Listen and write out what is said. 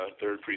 third